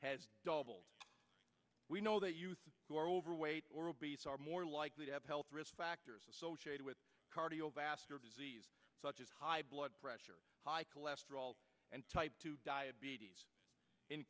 has doubled we know that youth who are overweight or obese are more likely to have health risk factors associated with cardiovascular disease such as high blood pressure high cholesterol and type two diabetes